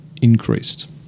increased